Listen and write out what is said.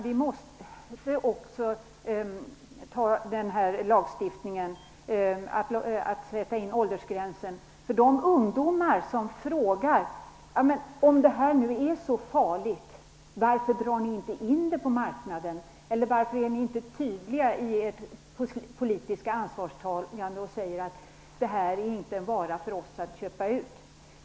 Vi måste också lagstifta om en åldersgräns för de ungdomar som frågar: Om tobaken är så farlig, varför tar ni inte bort den från marknaden? Varför är ni inte tydliga i ert politiska ansvarstagande? Varför säger ni inte att det här inte är en vara för oss att köpa?